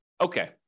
okay